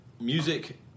music